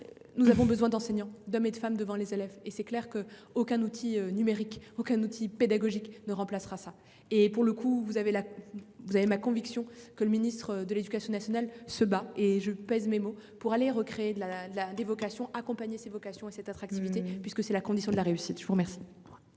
Nous avons besoin d'enseignants, d'hommes et de femmes devant les élèves et c'est clair que. Aucun outil numérique aucun outil pédagogique ne remplacera ça et pour le coup vous avez la. Vous avez ma conviction que le ministre de l'Éducation nationale se bat et je pèse mes mots, pour aller recréer de la la d'évocation accompagner ces vocations et cette attractivité puisque c'est la condition de la réussite. Je vous remercie.